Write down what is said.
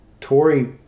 Tory